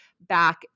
back